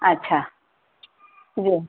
اچھا جی